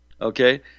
Okay